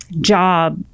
job